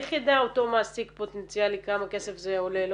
איך יידע אותו מעסיק פוטנציאלי כמה כסף זה עולה לו?